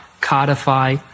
codify